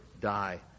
die